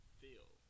feel